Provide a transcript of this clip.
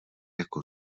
jako